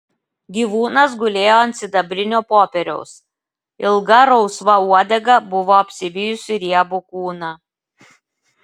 gyvūnas gulėjo ant sidabrinio popieriaus ilga rausva uodega buvo apsivijusi riebų kūną